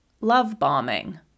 love-bombing